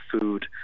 food